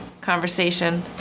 conversation